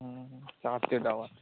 ରାତ୍କେ dhaba